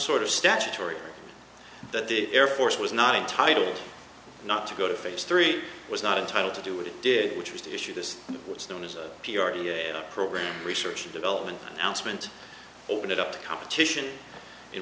sort of statutory that the air force was not entitled not to go to face three was not entitled to do what he did which was to issue this what's known as a p r t program research and development announcement open it up to competition in